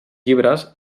llibres